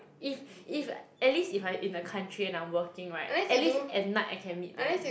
if if at least if I in a country and I'm working right at least at night I can meet them